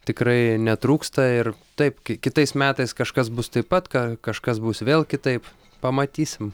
tikrai netrūksta ir taip ki kitais metais kažkas bus taip pat ka kažkas bus vėl kitaip pamatysim